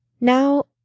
Now